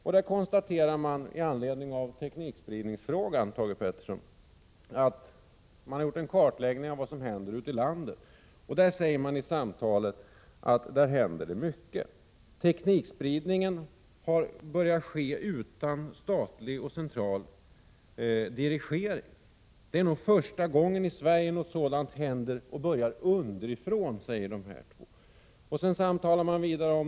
Det har gjorts en kartläggning av teknikspridningen ute i landet, och i detta samtal sägs att det händer mycket. Teknikspridningen har satt i gång utan statlig och central dirigering. ”Det är nog första gången i Sverige som något sådant börjar underifrån”, säger Anders Hedlund och Anders Isaksson.